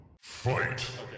Fight